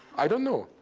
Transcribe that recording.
i don't know,